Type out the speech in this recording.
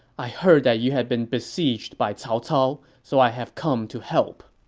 i heard that you had been besieged by cao cao, so i have come to help.